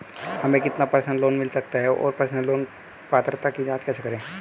हमें कितना personal loan मिल सकता है और पर्सनल लोन पात्रता की जांच कैसे करें?